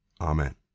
Amen